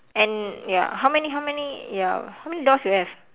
and ya how many how many ya how many doors you have